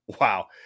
wow